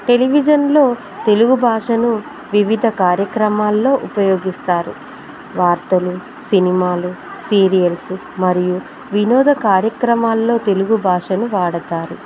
టెలివిజన్లో తెలుగు భాషను వివిధ కార్యక్రమాల్లో ఉపయోగిస్తారు వార్తలు సినిమాలు సీరియల్స్ మరియు వినోద కార్యక్రమాల్లో తెలుగు భాషను వాడుతారు